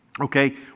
Okay